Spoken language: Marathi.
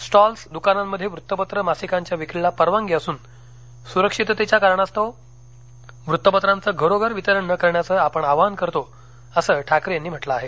स्टॉल्स दुकानांमध्ये वृत्तपत्र मासिकांच्या विक्रीला परवानगी असून सुरक्षिततेच्या कारणास्तव वृत्तपत्रांचं घरोघर वितरण न करण्याचं आपण आवाहन करतो अस ठाकरे यांनी म्हटलं आहे